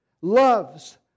loves